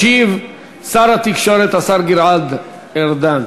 ישיב שר התקשורת, השר גלעד ארדן.